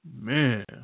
Man